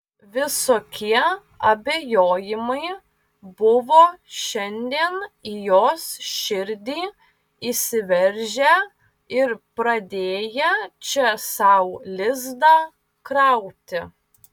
visokie abejojimai buvo šiandien į jos širdį įsiveržę ir pradėję čia sau lizdą krauti